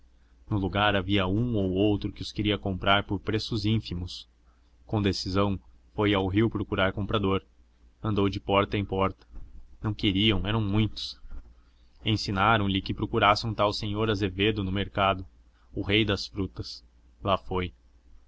no lugar havia um ou outro que os queria comprar por preços ínfimos com decisão foi ao rio procurar comprador andou de porta em porta não queriam eram muitos ensinaram lhe que procurasse um tal senhor azevedo no mercado o rei das frutas lá foi